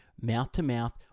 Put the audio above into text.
mouth-to-mouth